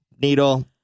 needle